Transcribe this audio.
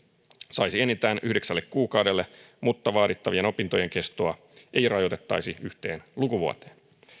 saisi enintään yhdeksälle kuukaudelle mutta vaadittavien opintojen kestoa ei rajoitettaisi yhteen lukuvuoteen